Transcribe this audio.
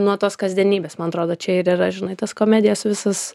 nuo tos kasdienybės man atrodo čia ir yra žinai tas komedijos visas